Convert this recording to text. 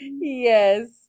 Yes